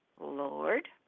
Lord